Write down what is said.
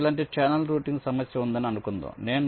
నాకు ఇలాంటి channel routing సమస్య ఉందని అనుకుందాం